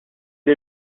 est